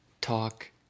talk